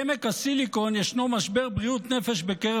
בעמק הסיליקון יש משבר בריאות נפש בקרב